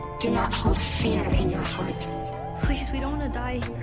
do not hold fear in your heart. please. we don't want to die